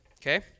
Okay